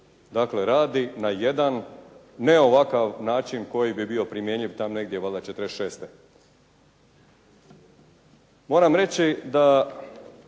dakle radi na jedan ne ovakav način koji bi bio primjenjiv tamo negdje valjda 46. Moram reći da